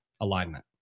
alignment